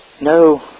no